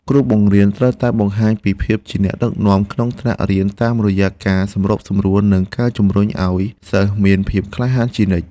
គ្រូបង្រៀនត្រូវតែបង្ហាញពីភាពជាអ្នកដឹកនាំក្នុងថ្នាក់រៀនតាមរយៈការសម្របសម្រួលនិងការជំរុញឱ្យសិស្សមានភាពក្លាហានជានិច្ច។